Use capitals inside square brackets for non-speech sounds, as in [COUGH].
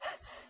[LAUGHS]